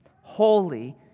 Holy